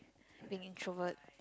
thinking introvert